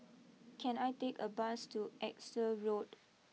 can I take a bus to Exeter Road